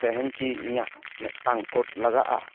ᱛᱮᱦᱮᱧ ᱠᱤ ᱤᱧᱟᱹᱜ ᱢᱤᱫᱴᱟᱝ ᱠᱳᱴ ᱞᱟᱜᱟᱜᱼᱟ